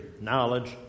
knowledge